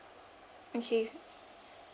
okay